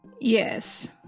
Yes